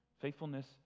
faithfulness